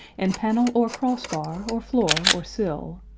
in panel, or crossbar, or floor, or sill,